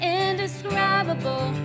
indescribable